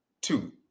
two